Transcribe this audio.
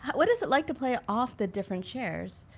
what is it like to play off the different chers?